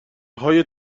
های